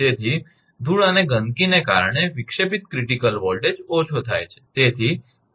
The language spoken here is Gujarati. તેથી ધૂળ અને ગંદકીને કારણે વિક્ષેપિત ક્રિટીકલ વોલ્ટેજ ઓછો થાય છે તેથી કોરોના લોસ વધારે છે